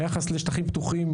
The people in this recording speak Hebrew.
היחס לשטחים פתוחים,